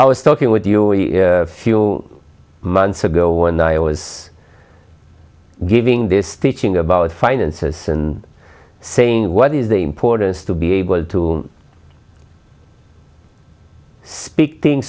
i was talking with you a few months ago when i was giving this teaching about finances and saying what is the importance to be able to speak thing